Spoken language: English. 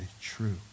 true